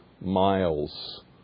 miles